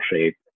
shape